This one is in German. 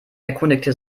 erkundigte